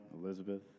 Elizabeth